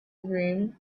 dream